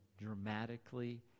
dramatically